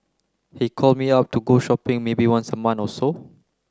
he call me up to go shopping maybe once a month or so